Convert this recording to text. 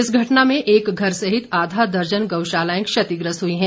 इस घटना में एक घर सहित आधा दर्जन गऊशालाए क्षतिग्रस्त हुई हैं